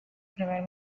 primer